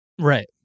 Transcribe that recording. right